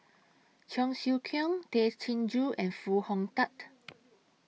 Cheong Siew Keong Tay Chin Joo and Foo Hong Tatt